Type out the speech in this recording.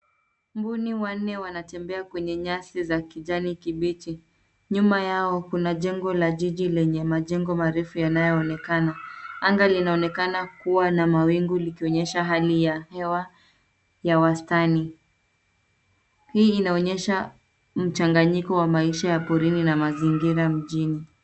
Mbuni wanne wanatembea kwenye nyasi za kijani kibichi. Nyuma yao kuna jengo la jiji lenye majengo marefu yanayoonekana. Anga linaonekana kuwa na mawingu likionyesha hali ya hewa ya wastani. Hii inaonyesha mchanganyiko wa maisha ya porini na mazingira mjini.